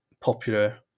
popular